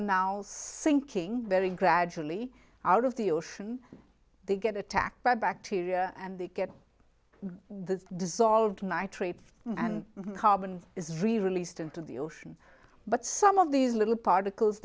are now sinking very gradually out of the ocean they get attacked by bacteria and they get the dissolved nitrate and the carbon is released into the ocean but some of these little particles